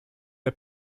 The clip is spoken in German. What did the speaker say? der